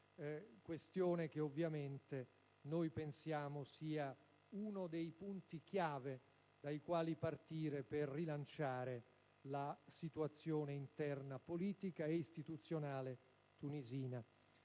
questione che ovviamente noi pensiamo sia uno dei punti chiave dai quali partire per rilanciare la situazione politica interna ed istituzionale tunisina.